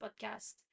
podcast